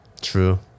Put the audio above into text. True